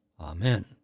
Amen